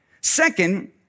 Second